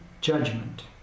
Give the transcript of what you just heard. judgment